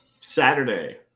Saturday